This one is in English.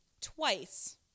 twice